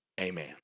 Amen